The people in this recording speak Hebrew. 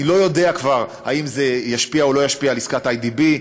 אני לא יודע אם זה ישפיע או לא ישפיע על עסקת איי.די.בי.